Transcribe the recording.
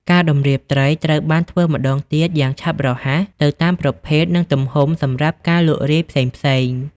ការតម្រៀបត្រី ត្រូវបានធ្វើម្តងទៀតយ៉ាងឆាប់រហ័សទៅតាមប្រភេទនិងទំហំសម្រាប់ការលក់រាយផ្សេងៗ។